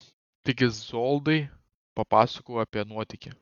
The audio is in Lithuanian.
tik izoldai papasakojau apie nuotykį